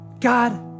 God